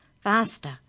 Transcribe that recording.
Faster